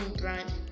brand